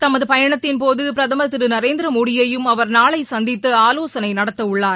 தமது பயணத்தின்போது பிரதமர் திரு நரேந்திர மோடியையும் அவர் நாளை சந்தித்து ஆலோசனை நடத்தவுள்ளார்